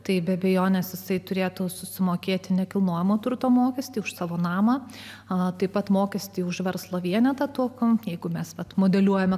tai be abejonės jisai turėtų susimokėti nekilnojamo turto mokestį už savo namą a taip pat mokestį už verslo vienetą to kam jeigu mes modeliuojame